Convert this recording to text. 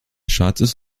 schwarzes